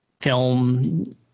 film